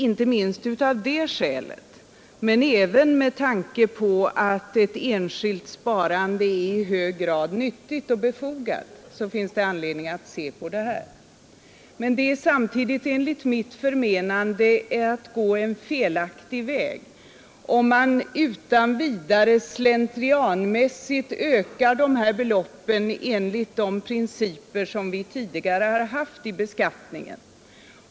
Inte minst av det skälet men även med tanke på att ett enskilt sparande är i hög grad nyttigt och befogat finns det anledning att se över detta. Men det är samtidigt enligt mitt förmenande att gå en felaktig väg, om man utan vidare slentrianmä sigt ökar dessa belopp enligt de principer som vi tidigare haft i beskattningen.